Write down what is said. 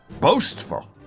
boastful